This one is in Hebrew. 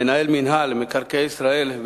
מנהל מינהל מקרקעי ישראל,